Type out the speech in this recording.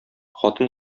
хатын